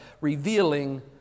revealing